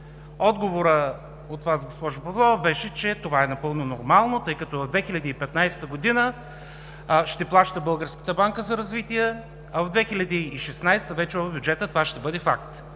Отговорът от Вас, госпожо Павлова, беше, че това е напълно нормално, тъй като през 2015 г. ще плаща Българската банка за развитие, а в 2016 г. това ще бъде факт